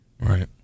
Right